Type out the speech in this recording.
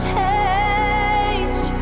change